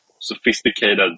sophisticated